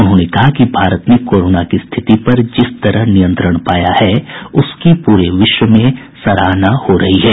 उन्होंने कहा कि भारत ने कोरोना की स्थिति पर जिस तरह नियंत्रण पाया है उसकी पूरे विश्व में सराहना हो रही है